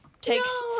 takes